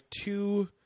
two